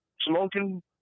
smoking